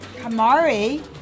Kamari